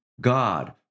God